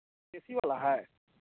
देसी वला है